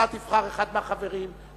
אתה תבחר אחד מהחברים,